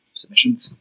submissions